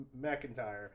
McIntyre